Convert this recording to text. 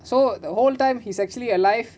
so the whole time he's actually alive